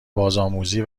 بازآموزی